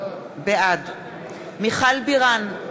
בעד מיכל בירן,